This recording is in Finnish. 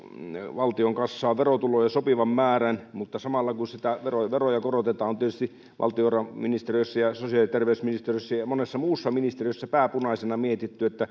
valtion kassaan verotuloja sopivan määrän mutta samalla kun niitä veroja korotetaan on tietysti valtiovarainministeriössä sosiaali ja terveysministeriössä ja monessa muussa ministeriössä pää punaisena mietitty